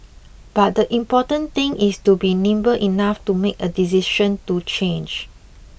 but the important thing is to be nimble enough to make a decision to change